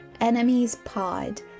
EnemiesPod